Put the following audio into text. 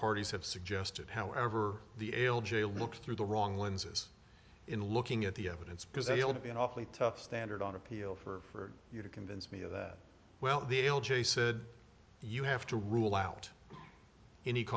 parties have suggested however the l j looks through the wrong lenses in looking at the evidence because they'll be an awfully tough standard on appeal for you to convince me of that well the l j said you have to rule out any